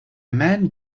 man